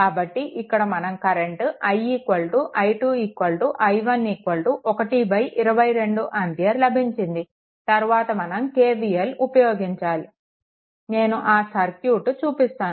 కాబట్టి ఇక్కడ మనం current i i2 i1 122 ampere లభించింది తర్వాత మనం KVL ఉపయోగించాలి నేను ఆ సర్క్యూట్ చూపిస్తాను